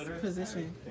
position